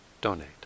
donate